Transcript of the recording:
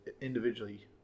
individually